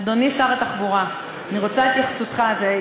אדוני שר התחבורה, אני רוצה התייחסותך לזה.